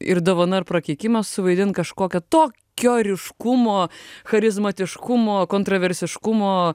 ir dovana ir prakeikimas suvaidint kažkokią tokio ryškumo charizmatiškumo kontraversiškumo